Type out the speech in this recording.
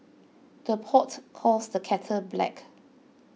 the pot calls the kettle black